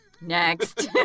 Next